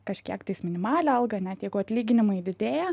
kažkiek tais minimalią algą net jeigu atlyginimai didėja